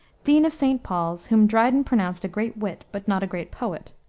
dean of st. paul's, whom dryden pronounced a great wit, but not a great poet,